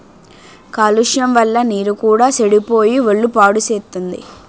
కాలుష్యం వల్ల నీరు కూడా సెడిపోయి ఒళ్ళు పాడుసేత్తుంది